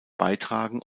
beitragen